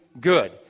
good